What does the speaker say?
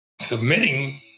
submitting